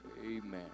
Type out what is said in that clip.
Amen